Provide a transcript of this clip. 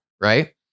right